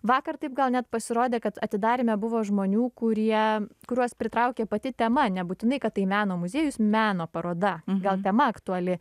vakar taip gal net pasirodė kad atidaryme buvo žmonių kurie kuriuos pritraukė pati tema nebūtinai kad tai meno muziejus meno paroda gal tema aktuali